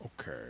Okay